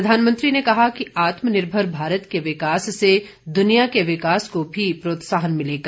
प्रधानमंत्री ने कहा कि आत्मनिर्भर भारत के विकास से दुनिया के विकास को भी प्रोत्साहन मिलेगा